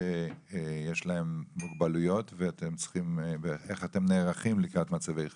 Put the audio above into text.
שיש להם מוגבלויות ואיך אתם נערכים לקראת מצבי חירום?